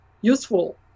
useful